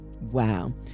Wow